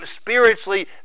spiritually